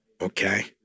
okay